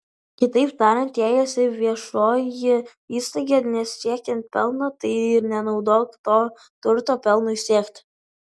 kitaip tariant jei esi viešoji įstaiga nesiekianti pelno tai ir nenaudok to turto pelnui siekti